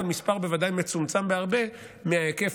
אבל המספר בוודאי מצומצם בהרבה מההיקף